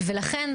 ולכן,